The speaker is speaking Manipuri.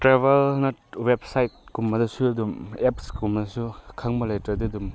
ꯇ꯭ꯔꯦꯕꯦꯜ ꯋꯦꯕ ꯁꯥꯏꯠ ꯀꯨꯝꯕꯗꯁꯨ ꯑꯗꯨꯝ ꯑꯦꯞꯁꯀꯨꯝꯕꯗꯨꯁꯨ ꯈꯪꯕ ꯂꯩꯇ꯭ꯔꯗꯤ ꯑꯗꯨꯝ